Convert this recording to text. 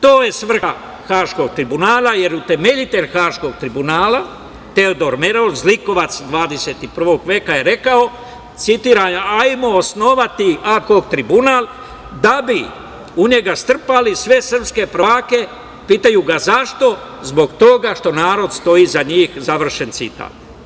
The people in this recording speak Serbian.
To je svrha Haškog tribunala, jer utemeljitelj Haškog tribunala Teodor Merol, zlikovac 21. veka je rekao, citiram – ajmo, osnovati ad hok tribunal da bi u njega strpali sve srpske prvake, pitaju ga zašto – zbog toga što narod stoji iza njih, završen citat.